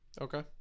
Okay